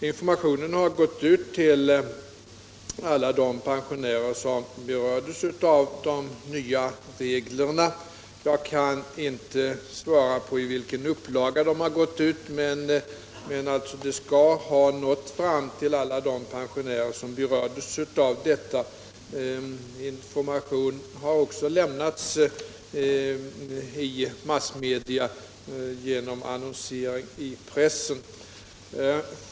Informationen har gått ut till alla de pensionärer som berördes av de nya reglerna; jag kan inte svara på i vilken upplaga den har gått ut, men den skall ha nått fram till alla. Information har också lämnats i massmedia genom annonsering i pressen.